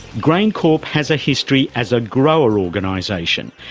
graincorp has a history as a grower organisation,